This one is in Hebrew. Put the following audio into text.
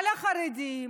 על החרדים,